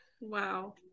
Wow